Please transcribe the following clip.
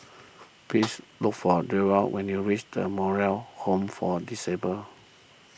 please look for Newell when you reach the Moral Home for Disabled